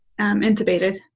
intubated